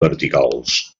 verticals